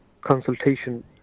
consultation